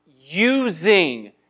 using